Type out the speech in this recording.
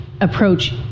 approach